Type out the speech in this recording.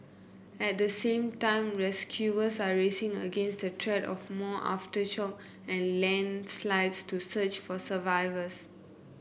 at the same time rescuers are racing against the threat of more aftershock and landslides to search for survivors